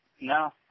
No